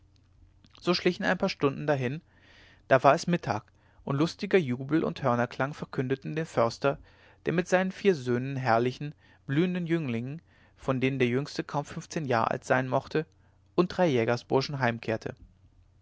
so schlichen ein paar stunden hin da war es mittag und lustiger jubel und hörnerklang verkündeten den förster der mit seinen vier söhnen herrlichen blühenden jünglingen von denen der jüngste kaum fünfzehn jahr alt sein mochte und drei jägerburschen heimkehrte